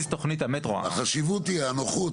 החשיבות היא הנוחות,